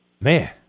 Man